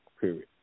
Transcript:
period